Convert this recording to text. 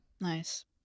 Nice